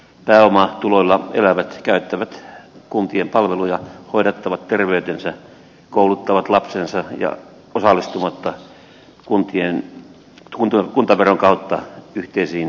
pääomatuloilla elävät käyttävät kuntien palveluja hoidattavat terveytensä kouluttavat lapsensa osallistumatta kuntaveron kautta yhteisiin kustannuksiin